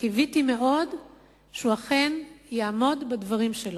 קיוויתי מאוד שהוא אכן יעמוד בדברים שלו.